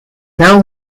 now